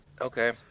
Okay